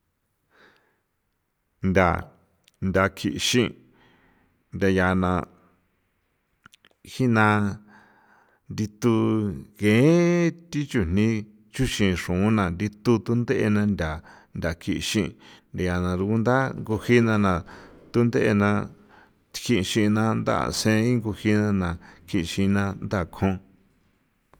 Ntha ntha kjixin' ntha ya na jina ndithu gen thi chujni chuxin xruna ndithu tunde'e na ntha ntha kjixin ndiana rugunda ngujina na thunde'e na kjixin na nda sen ngujina na kjixin na ndakjun.